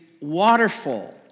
waterfall